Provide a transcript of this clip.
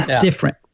different